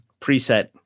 preset